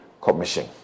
Commission